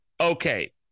okay